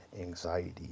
anxiety